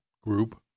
Group